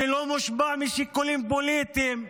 שלא מושפע משיקולים פוליטיים.